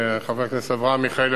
חבר הכנסת אברהם מיכאלי,